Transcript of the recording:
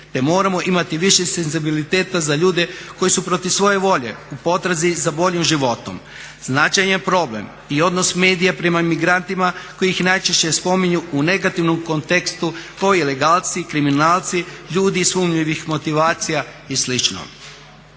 te moramo imati više senzibiliteta za ljude koji su protiv svoje volje u potrazi za boljim životom. Značajan problem i odnos medija prema emigrantima kojih najčešće spominju u negativnom kontekstu kao ilegalci i kriminalci, ljudi sumnjivih motivacija i